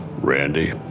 Randy